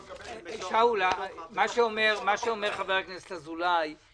שאול, חבר הכנסת אזולאי אומר